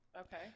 Okay